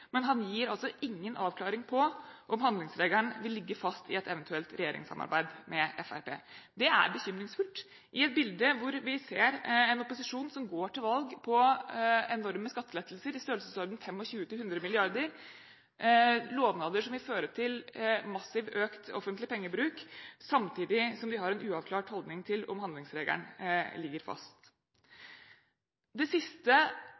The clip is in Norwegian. Men Sanner gir altså ingen avklaring på om handlingsregelen vil ligge fast i et eventuelt regjeringssamarbeid med Fremskrittspartiet. Det er bekymringsfullt i et bilde hvor vi ser en opposisjon som går til valg på enorme skattelettelser i størrelsesorden 25 mrd. kr–100 mrd. kr – lovnader som vil føre til massiv økt offentlig pengebruk – samtidig som de har en uavklart holdning til om handlingsregelen ligger fast. Det siste